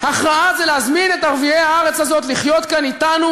הכרעה זה להזמין את ערביי הארץ הזאת לחיות כאן אתנו